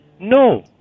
no